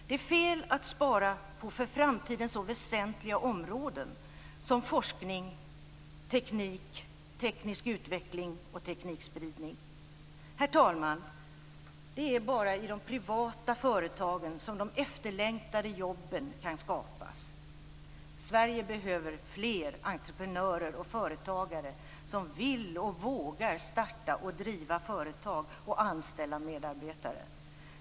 Det är fel att spara på för framtiden så väsentliga områden som forskning, teknik, teknisk utveckling och teknikspridning. Herr talman! Det är bara i de privata företagen som de efterlängtade jobben kan skapas. Sverige behöver fler entreprenörer och företagare som vill och vågar starta och driva företag och anställa medarbetare.